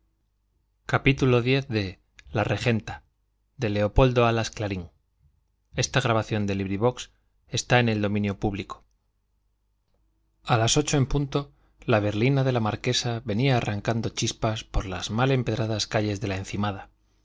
de sí la puerta y entrando en el patio a las ocho en punto la berlina de la marquesa venía arrancando chispas por las mal empedradas calles de la encimada